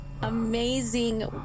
Amazing